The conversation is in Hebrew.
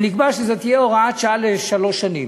ונקבע שזאת תהיה הוראת שעה לשלוש שנים.